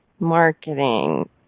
Marketing